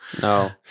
no